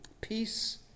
Peace